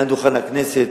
מעל דוכן הכנסת,